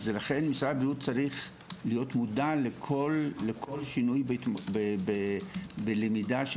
לכן משרד הבריאות צריך להיות מודע לכל שינוי בלמידה של